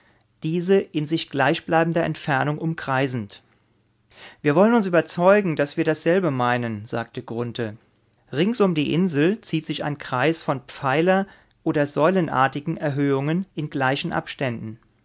diese in sich gleichbleibender entfernung umkreisend wir wollen uns überzeugen daß wir dasselbe meinen sagte grunthe rings um die insel zieht sich ein kreis von pfeiler oder säulenartigen erhöhungen in gleichen abständen